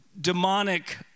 demonic